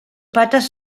patas